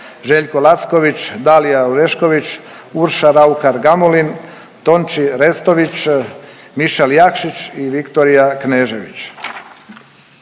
Željko Lacković, Dalija Orešković, Urša Raukar-Gamulin, Tonči Restović, Mišel Jakšić i Viktorija Knežević.